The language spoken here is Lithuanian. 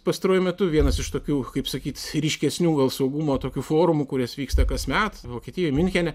pastaruoju metu vienas iš tokių kaip sakyt ryškesnių gal saugumo tokių forumų kurios vyksta kasmet vokietijoj miunchene